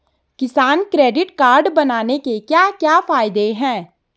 किसान credit card बनाने के क्या क्या फायदे हैं?